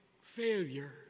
failure